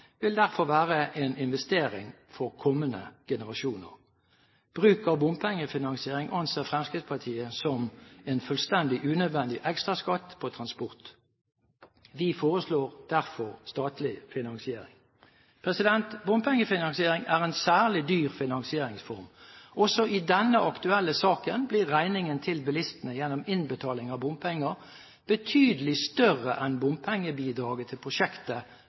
vil derfor være en investering for kommende generasjoner. Bruk av bompengefinansiering anser Fremskrittspartiet som en fullstendig unødvendig ekstraskatt på transport. Vi foreslår derfor statlig finansiering. Bompengefinansiering er en særlig dyr finansieringsform. Også i denne aktuelle saken blir regningen til bilistene gjennom innbetaling av bompenger betydelig større enn bompengebidraget til prosjektet